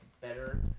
better